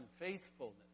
unfaithfulness